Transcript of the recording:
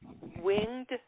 winged